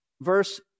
verse